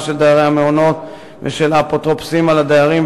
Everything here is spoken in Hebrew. של דיירי המעונות ושל האפוטרופוסים על הדיירים,